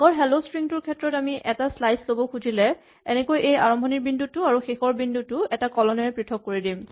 আগৰ hello string টোৰ ক্ষেত্ৰতে আমি এটা শ্লাইচ ল'ব খুজিলে এনেকৈ এই আৰম্ভণিৰ বিন্দু টো আৰু শেষৰ বিন্দু টো কলন এৰে পৃথক কৰি দিম